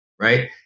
right